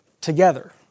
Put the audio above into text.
together